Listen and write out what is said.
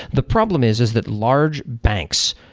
the problem is, is that large banks,